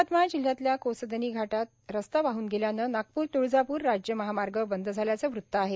यवतमाळ जिल्ह्यातल्या कोसदनी घाटात रस्ता वाह्न गेल्यानं नागपूर त्ळजापूर राज्य महामार्ग बंद झाल्याचं वृत्त आहे